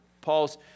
Paul's